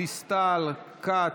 גלית דיסטל אטבריאן,